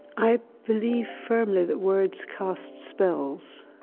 i believe firmly that words cast spells.